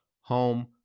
home